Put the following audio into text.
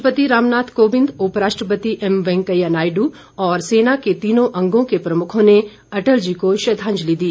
राष्ट्रपति रामनाथ कोविंद उपराष्ट्रपति एम वैंकेया नायडू और सेना के तीनों अंगों के प्रमुखों ने अटल जी को श्रद्वांजलि दी